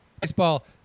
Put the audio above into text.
Baseball